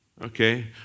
Okay